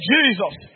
Jesus